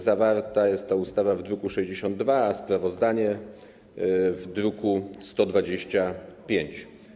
Zawarta jest ta ustawa w druku nr 62, a sprawozdanie - w druku nr 125.